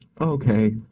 okay